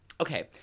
Okay